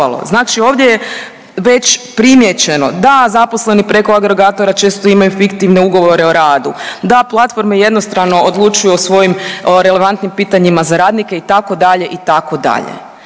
znači ovdje je već primijećeno da zaposleni preko agregatora često imaju fiktivne ugovore o radu, da platforme jednostrano odlučuju o svojim relevantnim pitanjima za radnike itd., itd..